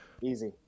Easy